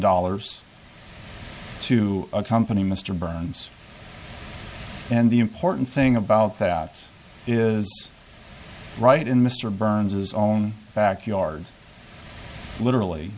dollars to accompany mr burns and the important thing about that is right in mr burns's own backyard literally